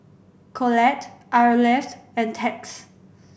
Colette Arleth and Tex